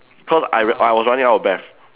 cause I w~ I was running out of breath